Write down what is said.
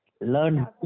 Learn